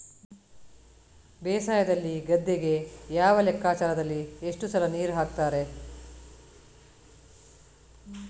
ಬೇಸಾಯದಲ್ಲಿ ಗದ್ದೆಗೆ ಯಾವ ಲೆಕ್ಕಾಚಾರದಲ್ಲಿ ಎಷ್ಟು ಸಲ ನೀರು ಹಾಕ್ತರೆ?